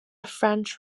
french